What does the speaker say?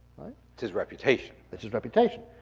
it's his reputation. it's his reputation.